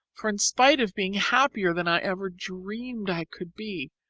for in spite of being happier than i ever dreamed i could be,